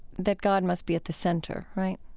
that god must be at the center. right?